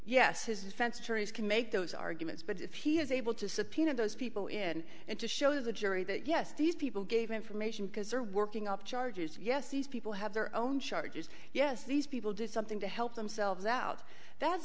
yes his defense attorneys can make those arguments but if he is able to subpoena those people in it to show the jury that yes these people gave information because they're working up charges yes these people have their own charges yes these people did something to help themselves out that's